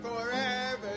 forever